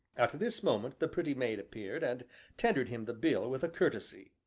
at this moment the pretty maid appeared, and tendered him the bill with a curtesy.